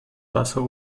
wasser